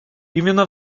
именно